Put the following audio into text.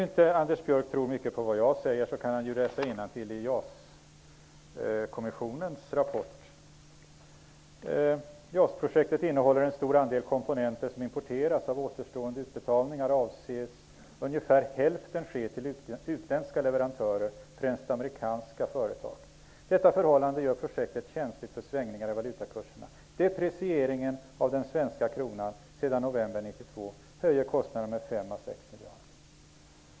Om Anders Björck inte tror på vad jag säger kan han läsa innantill i JAS-kommissionens rapport, där man säger följande: JAS-projektet innehåller en stor del komponenter som importeras. Av återstående utbetalningar avses ungefär hälften ske till utländska leverantörer, främst amerikanska företag. Detta förhållande gör projektet känsligt för svängningar i valutakurserna. Deprecieringen av den svenska kronan sedan november 1992 höjer kostnaderna med 5 à 6 miljarder.